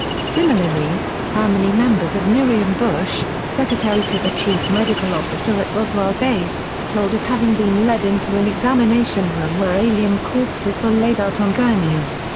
similarly, family members of miriam bush, secretary to the chief medical officer at roswell base, told of having been led into an examination room where alien corpses were laid out on gurneys.